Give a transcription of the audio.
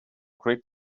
great